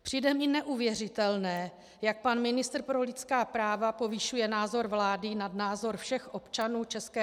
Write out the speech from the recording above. Přijde mi neuvěřitelné, jak pan ministr pro lidská práva povyšuje názor vlády nad názor všech občanů ČR.